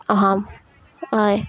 হয়